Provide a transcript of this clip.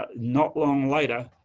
but not long later,